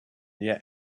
yet